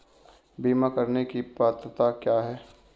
बीमा करने की पात्रता क्या है?